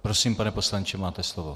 Prosím, pane poslanče, máte slovo.